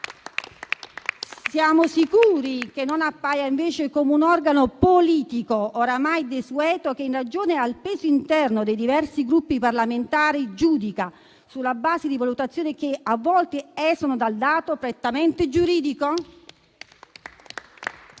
Siamo sicuri che non appaia invece come un organo politico, oramai desueto, che, in ragione del peso interno dei diversi Gruppi parlamentari, giudica sulla base di valutazioni che a volte esulano dal dato prettamente giuridico?